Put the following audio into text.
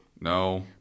No